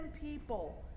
people